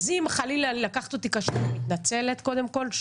אז אם חלילה לקחת אותי קשה אני מתנצלת קודם כול,